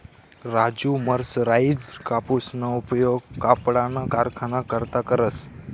Raju mercerised कापूसना उपयोग कपडाना कारखाना करता करस